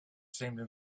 seemed